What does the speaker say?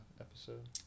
episode